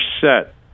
set